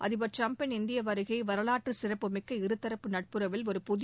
அதிபர் ட்ரம்பின் இந்திய வருகை வரலாற்று சிறப்புமிக்க இருதரப்பு நட்புறவில் ஒரு புதிய